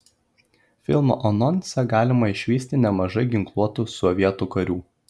filmo anonse galima išvysti nemažai ginkluotų sovietų karių